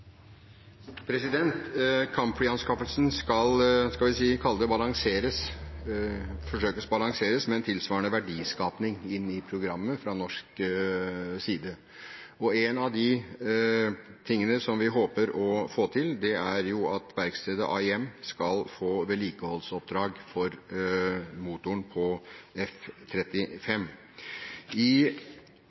skal – kall det – forsøkes balansert med en tilsvarende verdiskaping i programmet fra norsk side. En av de tingene som vi håper å få til, er at verkstedet AIM skal få vedlikeholdsoppdrag for motoren på F-35. I Klassekampen i